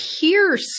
pierce